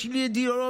יש לי אידיאולוגיה,